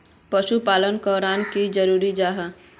पशुपालन करना की जरूरी जाहा?